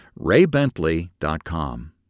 raybentley.com